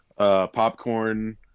Popcorn